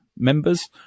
Members